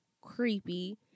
creepy